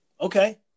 Okay